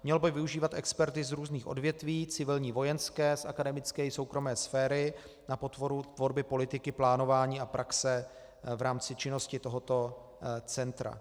Mělo by využívat experty z různých odvětví, civilní, vojenské, z akademické i soukromé sféry na podporu tvorby politiky plánování a praxe v rámci činnosti tohoto centra.